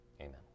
Amen